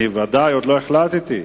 ודאי, עוד לא החלטתי.